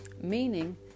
meaning